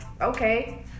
okay